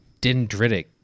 dendritic